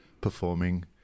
performing